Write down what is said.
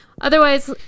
Otherwise